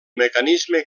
mecanisme